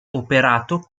operato